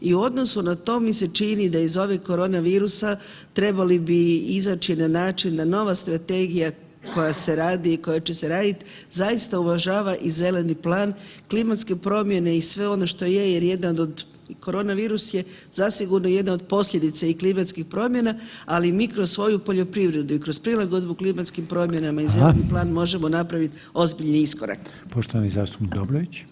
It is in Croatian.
I u odnosu na to mi se čini da iz ove koronavirusa trebali bi izaći na način da nova strategija koja se radi i koja će se radit zaista uvažava i Zeleni plan, klimatske promjene i sve ono što je jer jedan od, koronavirus je zasigurno i jedna od posljedica i klimatskih promjena, ali mi kroz svoju poljoprivredu i kroz prilagodbu klimatskim promjenama i Zeleni plan možemo napravit ozbiljni iskorak.